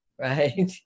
right